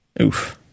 Oof